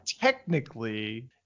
technically